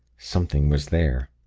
something was there.